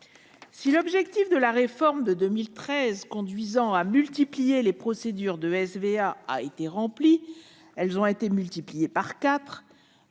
Si l'objectif de cette réforme de multiplier les procédures de SVA a été rempli - elles ont été multipliées par quatre